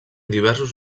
diversos